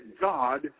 God